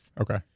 Okay